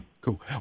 Cool